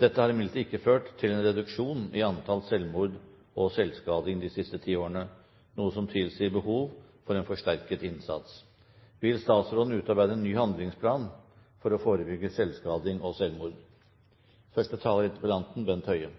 De har imidlertid ikke ført til en reduksjon i antallet selvmord og selvskading de siste ti årene, noe som tilsier behov for en ny og forsterket innsats. Vi må erkjenne at psykiske lidelser er lidelser på lik linje med andre folkesykdommer. Det rammer mange, det rammer hardt, og